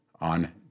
on